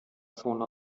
zone